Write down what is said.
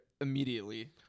immediately